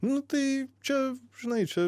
nu tai čia žinai čia